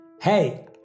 Hey